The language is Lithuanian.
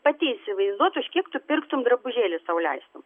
pati įsivaizduot už kiek tu pirktum drabužėlį sau leistum